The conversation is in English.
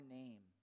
name